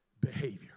behavior